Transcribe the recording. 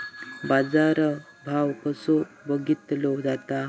बाजार भाव कसो बघीतलो जाता?